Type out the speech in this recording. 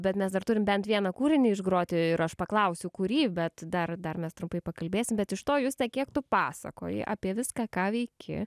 bet mes dar turim bent vieną kūrinį išgroti ir aš paklausiu kurį bet dar dar mes trumpai pakalbėsim bet iš to juste kiek tu pasakoji apie viską ką veiki